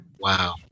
Wow